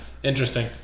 Interesting